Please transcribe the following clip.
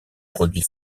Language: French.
produits